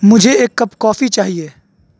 مجھے ایک cup coffee چاہیے